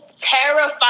terrified